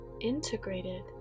integrated